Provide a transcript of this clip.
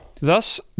Thus